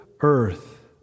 earth